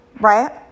right